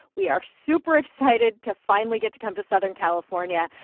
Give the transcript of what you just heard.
we are super excited to finally get to come to southern california.